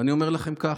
ואני אומר לכם כך: